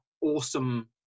awesome